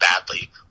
badly